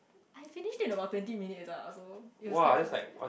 I finished it about twenty minutes uh so it is quite fast